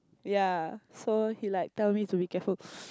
ya so he like tell me to be careful